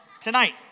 tonight